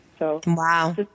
Wow